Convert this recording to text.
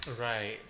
Right